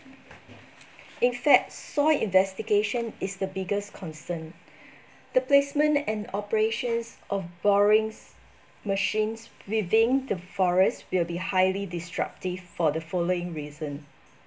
in fact soil investigation is the biggest concern the placement and operations of borings machines within the forest will be highly disruptive for the following reason